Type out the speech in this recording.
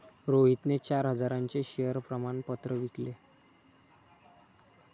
रोहितने चार हजारांचे शेअर प्रमाण पत्र विकले